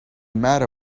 matter